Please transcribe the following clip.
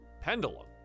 Pendulum